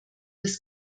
des